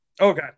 Okay